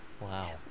Wow